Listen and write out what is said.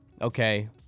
okay